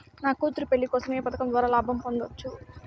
నా కూతురు పెళ్లి కోసం ఏ పథకం ద్వారా లాభం పొందవచ్చు?